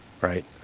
right